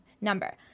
number